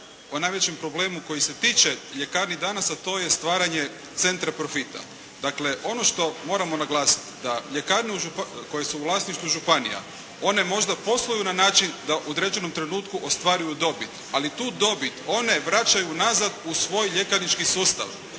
najvećem problemu koji se tiče ljekarni danas, a to je stvaranje centra profita. Dakle, ono što moramo naglasiti da ljekarne koje su u vlasništvu županija, one možda posluju na način da u određenom trenutku ostvaruju dobit ali tu dobit one vraćaju nazad u svoj ljekarnički sustav